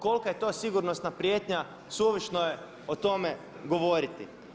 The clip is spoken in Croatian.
Kolika je to sigurnosna prijetnja suvišno je o tome govoriti.